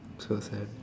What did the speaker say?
so sad